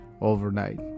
overnight